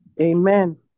Amen